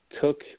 took